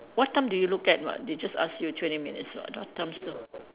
what time do you look at [what] they just ask you twenty minutes [what] the time slot